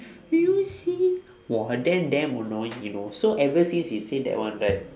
you see !wah! then damn annoying you know so ever since he say that one right